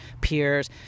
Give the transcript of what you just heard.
peers